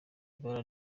ibara